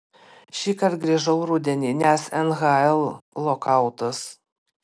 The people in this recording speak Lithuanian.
šįkart grįžau rudenį nes nhl lokautas